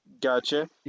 Gotcha